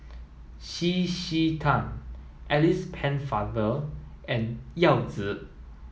C C Tan Alice Pennefather and Yao Zi